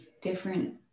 different